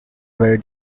very